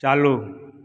चालू